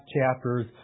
chapters